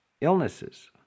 illnesses